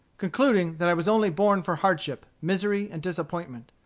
concluding that i was only born for hardship, misery, and disappointment.